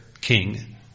king